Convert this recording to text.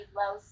low